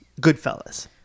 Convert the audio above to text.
Goodfellas